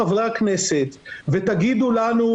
חברי הכנסת, תבואו ותגידו לנו: